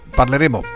parleremo